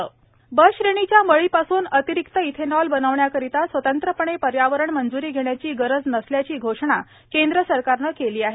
ब श्रेणीच्या मळीपासून अतिरिक्त इथेनॉल बनवण्याकरता स्वतंत्रपणे पर्यावरण मंज्री घेण्याची गरज नसल्याची घोषणा केंद्र सरकारनं केली आहे